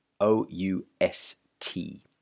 O-U-S-T